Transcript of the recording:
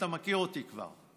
אתה מכיר אותי כבר.